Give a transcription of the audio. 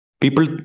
people